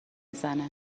زنه